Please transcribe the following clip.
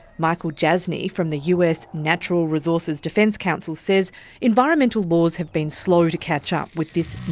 michael jasny from the us natural resources defence council says environmental laws have been slow to catch up with this